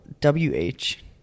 W-H